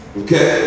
okay